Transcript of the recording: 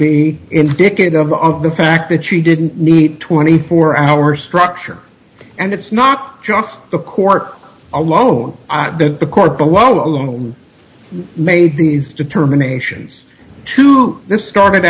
be indicative of the fact that she didn't need twenty four hours crusher and it's not just the court alone at the court below alone made these determinations to this started